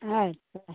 अच्छा